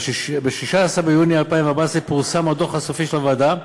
ב-16 ביוני 2014 פורסם הדוח הסופי של הוועדה,